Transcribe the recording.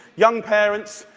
young parents,